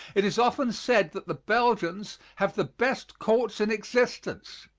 it is often said that the belgians have the best courts in existence.